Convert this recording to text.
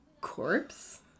corpse